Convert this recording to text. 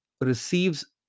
receives